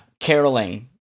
caroling